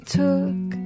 took